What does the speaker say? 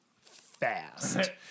fast